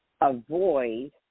avoid